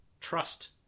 trust